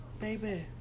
baby